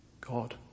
God